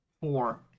Four